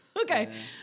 Okay